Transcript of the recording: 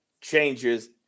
changes